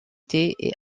est